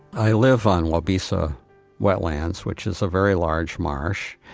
i live on waubesa wetlands, which is a very large marsh,